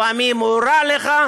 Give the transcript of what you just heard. לפעמים הוא רע לך,